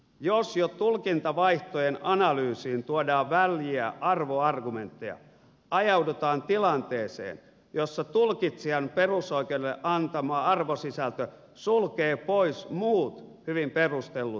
jos jo tulkintavaihtoehtojen analyysiin tuodaan väljiä arvoargumentteja ajaudutaan tilanteeseen jossa tulkitsijan perusoikeudelle antama arvosisältö sulkee pois muut hyvin perustellut vaihtoehdot